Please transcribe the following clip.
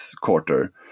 quarter